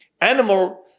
animal